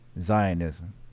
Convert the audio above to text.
zionism